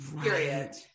period